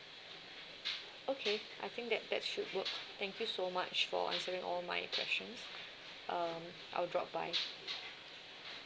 okay I think that that should work thank you so much for answering all of my questions um I will drop by